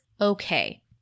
okay